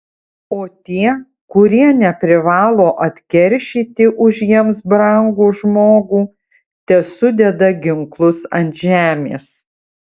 o tie kurie neprivalo atkeršyti už jiems brangų žmogų tesudeda ginklus ant žemės